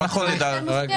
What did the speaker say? מה נכון --- חברים,